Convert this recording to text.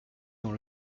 dans